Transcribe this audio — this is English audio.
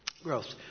Growth